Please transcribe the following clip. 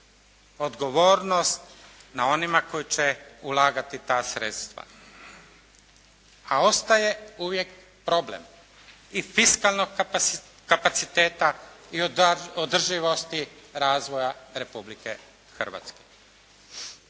odgovornost na onima koji će ulagati ta sredstva. A ostaje uvijek problem i fiskalnog kapaciteta i održivosti razvoja Republike Hrvatske.